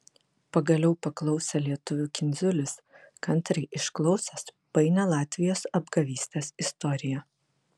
pagaliau paklausė lietuvių kindziulis kantriai išklausęs painią latvijos apgavystės istoriją